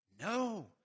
No